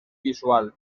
visual